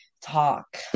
talk